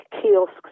kiosks